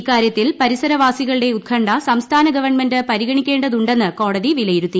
ഇക്കാര്യത്തിൽ പരിസരവാസികളുടെ ഉത്കണ്ഠ സംസ്ഥാന ഗവൺമെന്റ് പരിഗണിക്കേണ്ടതുണ്ടെന്ന് കോടതി വിലയിരുത്തി